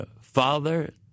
father